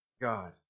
God